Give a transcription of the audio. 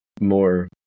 more